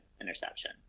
interception